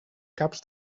caps